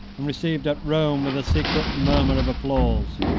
and received at rome with a secret murmur of applause.